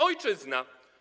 Ojczyzna.